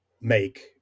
make